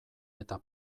eta